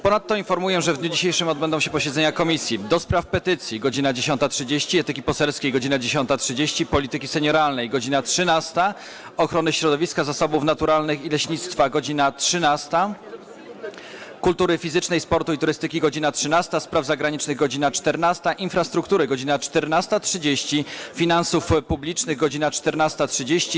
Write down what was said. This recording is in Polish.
Ponadto informuję, że w dniu dzisiejszym odbędą się posiedzenia Komisji: - do Spraw Petycji - godz. 10.30, - Etyki Poselskiej - godz. 10.30, - Polityki Senioralnej - godz. 13, - Ochrony Środowiska, Zasobów Naturalnych i Leśnictwa - godz. 13, - Kultury Fizycznej, Sportu i Turystyki - godz. 13, - Spraw Zagranicznych - godz. 14, - Infrastruktury - godz. 14.30, - Finansów Publicznych - godz. 14.30,